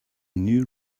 new